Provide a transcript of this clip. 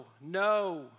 no